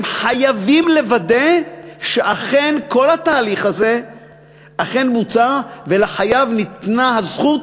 הם חייבים לוודא שכל התהליך הזה אכן מוצה ולחייב ניתנה הזכות